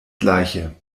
gleiche